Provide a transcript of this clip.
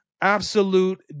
Absolute